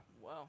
Wow